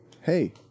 Hey